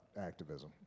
activism